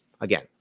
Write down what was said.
Again